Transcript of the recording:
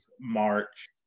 March